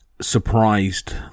surprised